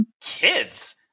Kids